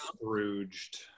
Scrooged